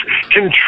Control